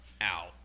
out